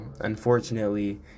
unfortunately